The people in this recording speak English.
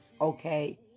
Okay